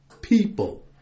People